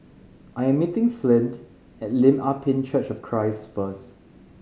I am meeting Flint at Lim Ah Pin Church of Christ first